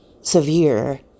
severe